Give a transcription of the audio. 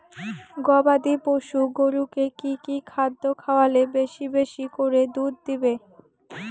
গবাদি পশু গরুকে কী কী খাদ্য খাওয়ালে বেশী বেশী করে দুধ দিবে?